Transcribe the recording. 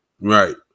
Right